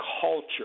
culture